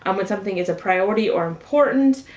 um when something is a priority or important,